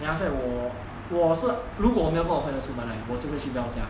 then after 我我是如果我没有跟我的朋友出门 right 我就会去 dell 家